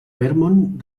vermont